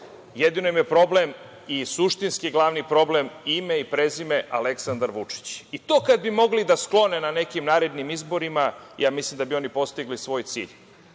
im je problem i suštinski glavni problem ime i prezime - Aleksandar Vučić. To kad bi mogli da sklone na nekim narednim izborima, ja mislim da bi oni postigli svoj cilj.